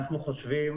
אנחנו חושבים